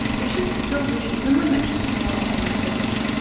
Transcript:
they should still read even when they're small on the page.